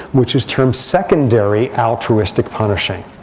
which is termed secondary altruistic punishing.